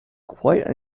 quite